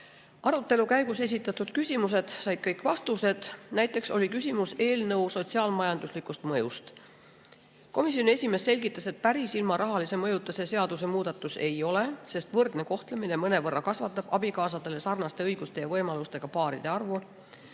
käigus esitatud küsimused said kõik vastused. Näiteks oli küsimus eelnõu sotsiaal-majanduslikust mõjust. Komisjoni esimees selgitas, et päris ilma rahalise mõjuta see seaduste muutmine ei ole, sest võrdne kohtlemine mõnevõrra kasvatab abikaasade omadega sarnaste õiguste ja võimalustega paaride arvu.